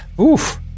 Oof